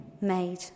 made